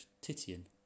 Titian